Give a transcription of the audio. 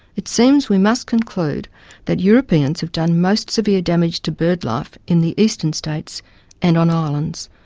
it seems we must conclude that europeans have done most severe damage to birdlife in the eastern states and on islands,